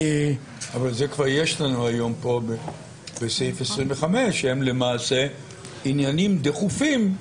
אבל זה כבר יש לנו היום בסעיף 25. אלה למעשה עניינים דחופים.